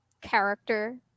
character